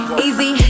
easy